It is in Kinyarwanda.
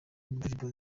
ndirimbo